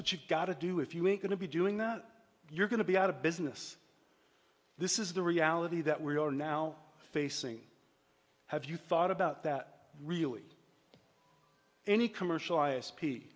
what you've got to do if you're going to be doing that you're going to be out of business this is the reality that we are now facing have you thought about that really any commercial i